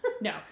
No